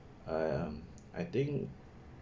um I think